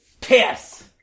Piss